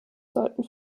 sollten